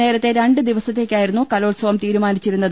നേരത്തെ രണ്ട് ദിവസ ത്തേക്കായിരുന്നു കലോത്സവം തീരുമാനിച്ചിരുന്നത്